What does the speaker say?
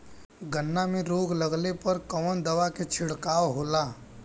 गन्ना में रोग लगले पर कवन दवा के छिड़काव होला?